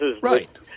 Right